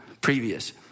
previous